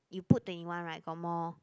you put twenty one right got more